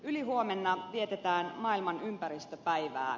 ylihuomenna vietetään maailman ympäristöpäivää